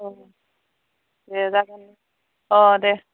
अ दे जागोन अ दे